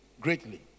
greatly